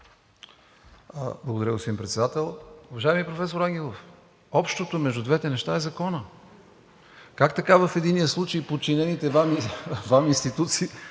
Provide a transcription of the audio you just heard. Благодаря, господин Председател. Уважаеми професор Ангелов, общото между двете места е законът. Как така в единия случай подчинените Ви институции